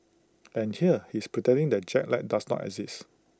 and here he is pretending that jet lag does not exist